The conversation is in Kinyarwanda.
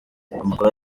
amakuru